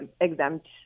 exempt